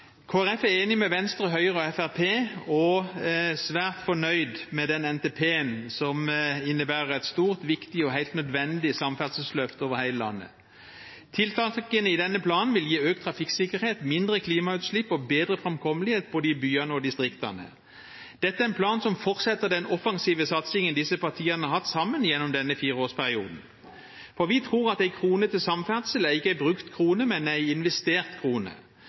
Folkeparti er enig med Venstre, Høyre og Fremskrittspartiet og er svært fornøyd med denne NTP-en, som innebærer et stort, viktig og helt nødvendig samferdselsløft over hele landet. Tiltakene i denne planen vil gi økt trafikksikkerhet, mindre klimautslipp og bedre framkommelighet i både byene og distriktene. Dette er en plan som fortsetter den offensive satsingen disse partiene har hatt sammen gjennom denne fireårsperioden, for vi tror at en krone til samferdsel ikke er en brukt krone, men en investert krone.